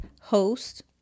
host